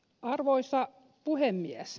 arvoisa puhemies